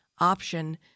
option